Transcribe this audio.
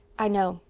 i know,